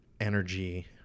energy